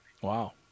Wow